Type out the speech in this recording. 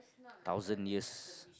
thousand years